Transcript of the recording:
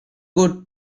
good